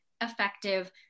effective